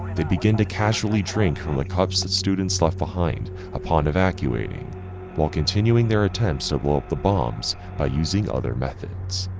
they begin to casually drink from the cups that students left behind upon evacuating while continuing their attempts to blow up the bombs by using other methods.